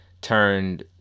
turned